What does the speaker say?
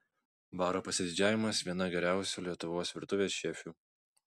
baro pasididžiavimas viena geriausių lietuvos virtuvės šefių